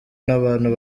n’abantu